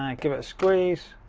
and give it a squeeze,